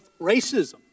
racism